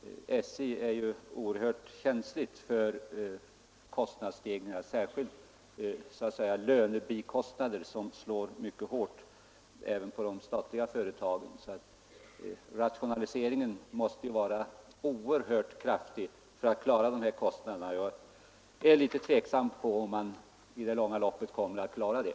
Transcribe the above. SJ är ju oerhört känsligt för kostnadsstegringar, särskilt lönebikostnader som slår mycket hårt även på de statliga företagen. Rationaliseringen måste vara oerhört kraftig för att klara dessa kostnader, och jag är litet tveksam om man i det långa loppet kommer att klara det.